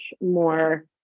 more